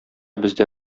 бездә